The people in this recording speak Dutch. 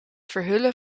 verhullen